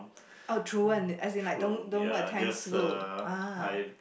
a true and as in like don't don't go attend school ah